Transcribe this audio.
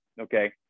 okay